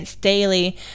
daily